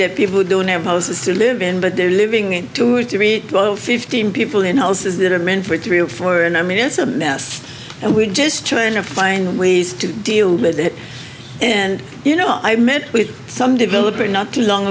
to people who don't have hoses to live in but they're living in two or three fifteen people in houses that are meant for three or four and i mean it's a mess and we're just trying to find ways to deal with it and you know i met with some developer not too long